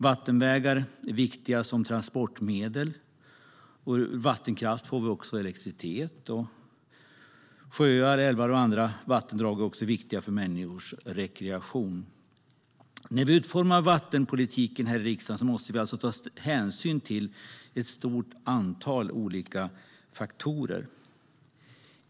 Vattenvägar är viktiga som transportleder, och ur vattenkraft får vi också elektricitet. Sjöar, älvar och andra vattendrag är också viktiga för människors rekreation. När vi utformar vattenpolitiken här i riksdagen måste vi alltså ta hänsyn till ett stort antal faktorer.